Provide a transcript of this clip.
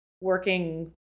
working